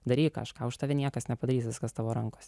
daryk kažką už tave niekas nepadarys viskas tavo rankose